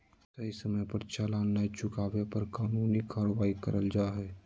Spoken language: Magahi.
सही समय पर चालान नय चुकावे पर कानूनी कार्यवाही करल जा हय